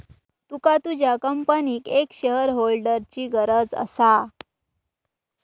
तुका तुझ्या कंपनीक एक शेअरहोल्डरची गरज असा